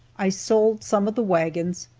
i sold some of the wagons,